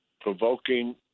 provoking